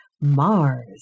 Mars